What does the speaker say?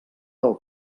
del